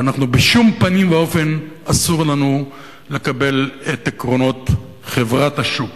בשום פנים ואופן אסור לנו לקבל את עקרונות חברת השוק.